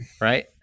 right